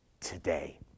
today